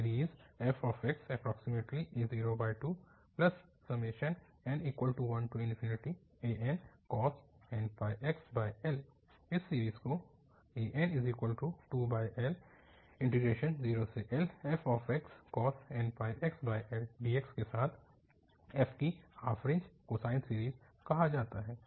series fx a02n1ancos nπxL इस series को an2L0Lfxcos nπxL dx के साथ f की हाफ रेंज कोसाइन सीरीज़ कहा जाता है